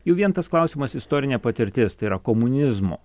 jau vien tas klausimas istorinė patirtis tai yra komunizmo